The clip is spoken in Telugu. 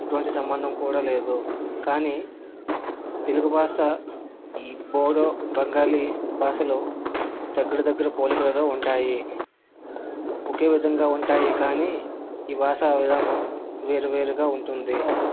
ఎటువంటి సంబంధం కూడా లేదు కానీ తెలుగు భాష ఈ బోడో బెంగాలీ భాషలు దగ్గరదగ్గర పోలికలుగా ఉంటాయి ఒకే విధంగా ఉంటాయి కానీ ఈ భాష విధానం వేరువేరుగా ఉంటుంది